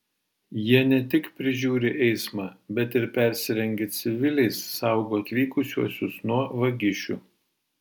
jie ne tik prižiūri eismą bet ir persirengę civiliais saugo atvykusiuosius nuo vagišių